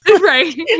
Right